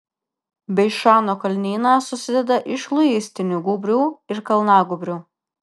beišano kalnynas susideda iš luistinių gūbrių ir kalnagūbrių